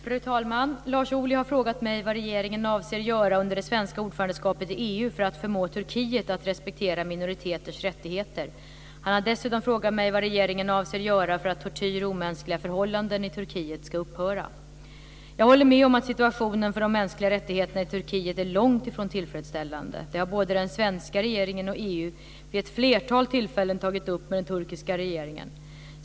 Fru talman! Lars Ohly har frågat mig vad regeringen avser göra under det svenska ordförandeskapet i EU för att förmå Turkiet att respektera minoriteters rättigheter. Han har dessutom frågat mig vad regeringen avser göra för att tortyr och omänskliga förhållanden i Turkiet ska upphöra. Jag håller med om att situationen för de mänskliga rättigheterna i Turkiet är långt ifrån tillfredsställande. Detta har både den svenska regeringen och EU vid ett flertal tillfällen tagit upp med den turkiska regeringen.